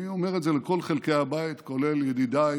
אני אומר את זה לכל חלקי הבית, כולל ידידיי